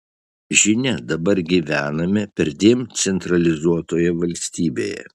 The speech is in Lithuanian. žinia dabar gyvename perdėm centralizuotoje valstybėje